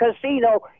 casino